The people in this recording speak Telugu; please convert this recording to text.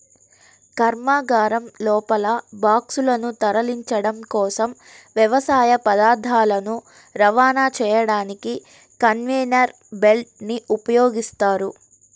కర్మాగారం లోపల బాక్సులను తరలించడం కోసం, వ్యవసాయ పదార్థాలను రవాణా చేయడానికి కన్వేయర్ బెల్ట్ ని ఉపయోగిస్తారు